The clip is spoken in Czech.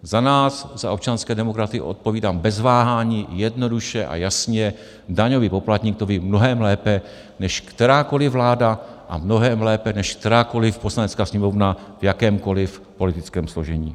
Za nás, za občanské demokraty, odpovídám bez váhání jednoduše a jasně daňový poplatník to ví mnohem lépe než kterákoli vláda a mnohem lépe než kterákoli Poslanecká sněmovna v jakémkoli politickém složení.